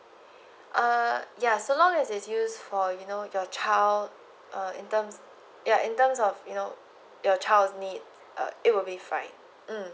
ah ya so long as it's use for you know your child uh in terms ya in terms of you know your child's need uh it will be fine mm